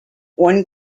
one